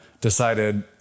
decided